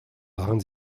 waren